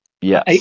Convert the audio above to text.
Yes